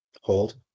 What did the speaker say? Hold